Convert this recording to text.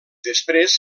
després